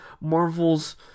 Marvel's